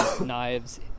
knives